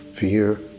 Fear